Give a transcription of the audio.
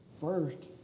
first